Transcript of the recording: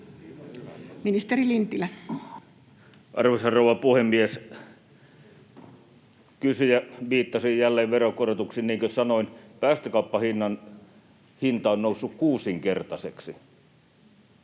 Ministeri Lintilä. Arvoisa rouva puhemies! Kysyjä viittasi jälleen veronkorotuksiin. Niin kuin sanoin, päästökauppahinta on noussut kuusinkertaiseksi.